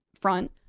front